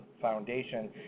Foundation